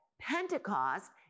Pentecost